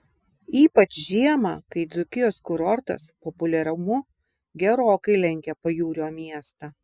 ypač žiemą kai dzūkijos kurortas populiarumu gerokai lenkia pajūrio miestą